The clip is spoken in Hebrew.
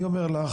אני אומר לך